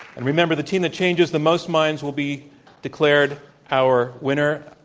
and remember, the team that changes the most minds will be declared our winner.